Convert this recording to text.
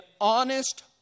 honest